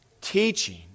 teaching